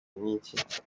nk’iki